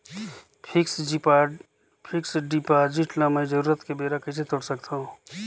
Fixed deposit ल मैं जरूरत के बेरा कइसे तोड़ सकथव?